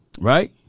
Right